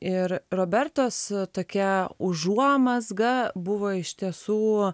ir robertos tokia užuomazga buvo iš tiesų